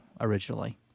originally